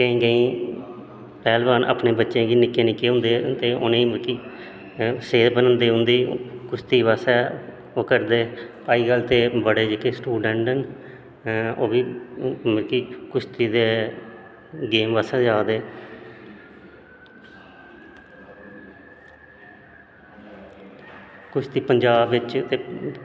केंई पैह्लवान अपनें बच्चें गी निक्के निक्के होंदे ते उनें मतलव की सेह्त बनदी उंदीा कुश्ती बास्तै ओह् करदे अज कल ते बड़े जेह्ड़े स्टूडैंट न ओह् बी मतलव की कुश्ती दे गेम बास्तै जा दे कुश्ती पंजाब बिच्च